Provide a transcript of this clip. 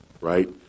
right